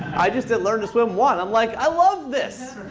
i just did learn to swim one. i'm like, i love this.